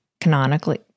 canonically